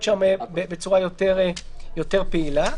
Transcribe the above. יכול להיות שאפשר להסתפק בהצעה למכירה רק ללקוחות.